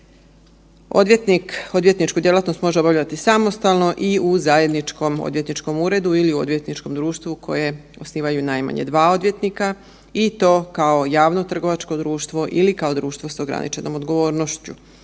odvjetničku djelatnost može obavljati samostalno i u zajedničkom odvjetničkom uredu ili u odvjetničkom društvu koje osnivaju najmanje 2 odvjetnika, i to kao javno trgovačko društvo ili kao društvo s ograničenom odgovornošću.